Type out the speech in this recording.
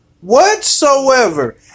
whatsoever